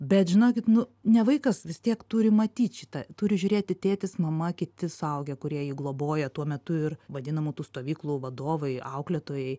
bet žinokit nu ne vaikas vis tiek turi matyt šitą turi žiūrėti tėtis mama kiti suaugę kurie jį globoja tuo metu ir vadinamų tų stovyklų vadovai auklėtojai